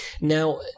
Now